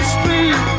Street